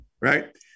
right